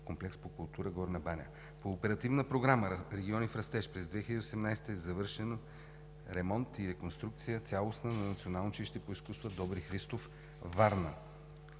комплекс по култура – Горна баня. По Оперативна програма „Региони в растеж“ през 2018 г. е завършен ремонт и реконструкция, цялостна, на Националното училище по изкуства „Добри Христов“ – Варна.